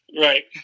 Right